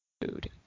food